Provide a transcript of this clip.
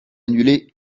annulée